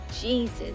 Jesus